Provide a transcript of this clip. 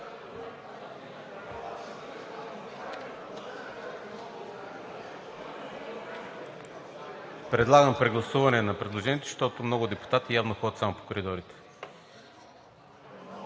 Предлагам прегласуване на предложението, защото много депутати явно ходят само по коридорите.